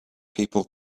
people